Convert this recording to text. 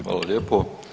Hvala lijepo.